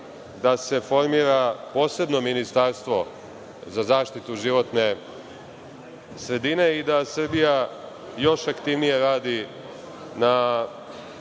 da se formira posebno ministarstvo za zaštitu životne sredine i da Srbija još aktivnije radi na